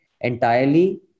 entirely